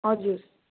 हजुर